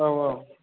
औ औ